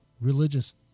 religious